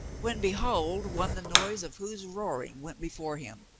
when behold one the noise of whose roaring went before him.